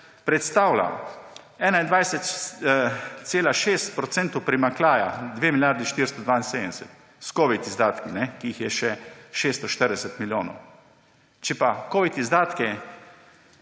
predstavlja 21,6 % primanjkljaja, 2 milijardi 472 s covid izdatki, ki jih je še 640 milijonov. Če pa covid izdatke